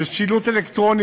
ושילוט אלקטרוני,